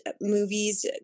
movies